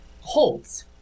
holds